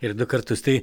ir du kartus tai